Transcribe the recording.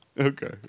Okay